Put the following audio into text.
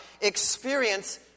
experience